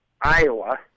Iowa